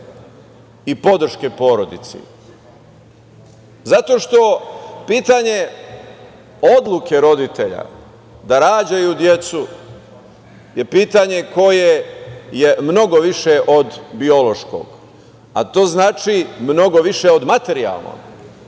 i podrške porodici, zato što pitanje odluke roditelja da rađaju decu je pitanje koje je mnogo više od biološkog, a to znači mnogo više od materijalnog.